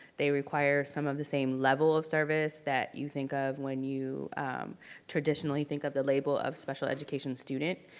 they require some of the same level of service that you think of, when you traditionally think of the label of special education student,